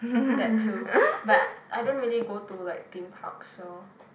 that too but I don't really go to like theme parks so